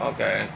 Okay